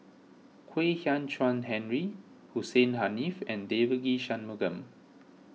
Kwek Hian Chuan Henry Hussein Haniff and Devagi Sanmugam